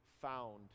found